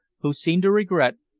who seemed to regret,